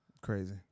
Crazy